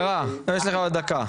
בקצרה, יש לך עוד דקה,